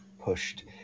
pushed